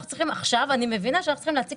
עכשיו אני מבינה שאנחנו צריכים להציג